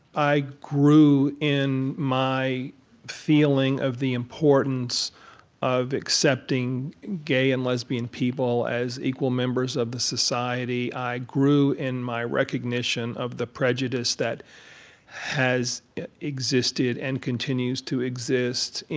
i grew in my feeling of the importance of accepting gay and lesbian people as equal members of the society. i grew in my recognition of the prejudice that has existed and continues to exist,